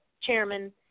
chairman